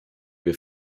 wir